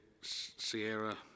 Sierra